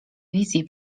wizji